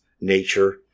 nature